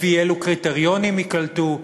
לפי אילו קריטריונים ייקלטו.